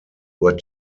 were